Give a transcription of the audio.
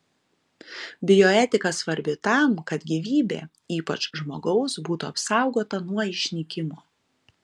bioetika svarbi tam kad gyvybė ypač žmogaus būtų apsaugota nuo išnykimo